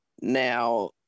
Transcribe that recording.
now